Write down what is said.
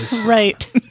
Right